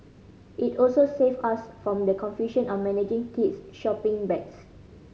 it also save us from the confusion of managing kids shopping bags